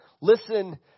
listen